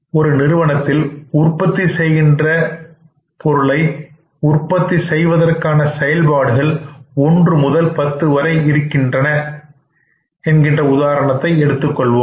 ஒரு நிறுவனத்தில் உற்பத்தி செய்கின்ற பொருளை செய்வதற்கான செயல்பாடுகள் ஒன்று முதல் பத்து வரை இருக்கின்றன என்கின்ற உதாரணத்தை எடுத்துக் கொள்வோம்